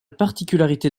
particularité